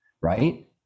right